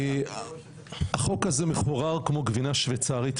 החוק הזה מחורר כמו גבינה שוויצרית,